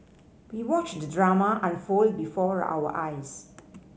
we watched the drama unfold before our eyes